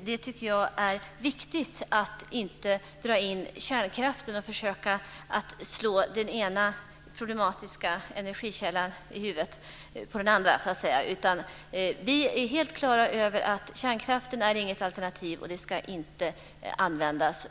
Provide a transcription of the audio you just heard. Det är viktigt att inte dra in kärnkraften i det här och försöka att så att säga slå den ena problematiska energikällan i huvudet på den andra. Vi är helt klara över att kärnkraften inte är något alternativ, och den ska inte användas